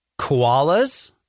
Koalas